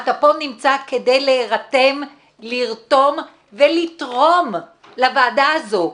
אתה פה נמצא כדי להירתם לרתום ולתרום לוועדה הזו,